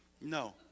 No